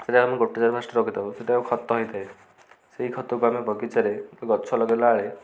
ସେଇଟା ଆମେ ଗୋଟେ ଫାଷ୍ଟ ରଖିଥାଉ ସେଇଟା ଖତ ହେଇଥାଏ ସେଇ ଖତକୁ ଆମେ ବଗିଚାରେ ଗଛ ଲଗାଇଲା ବେଳେ